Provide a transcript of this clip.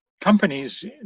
companies